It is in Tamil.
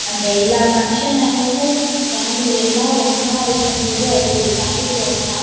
அந்த எல்லா ஃபங்ஷன் அன்னைக்கும் ஃபேமிலி எல்லாம் ஒன்னாக இருக்கும்போது அது ஒரு தனி சுகம்தான்